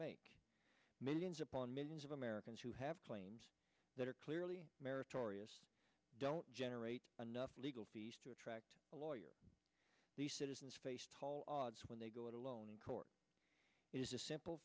make millions upon millions of americans who have claims that are clearly meritorious don't generate enough legal fees to attract a lawyer the citizens faced tall odds when they go it alone in court is a simple